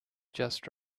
just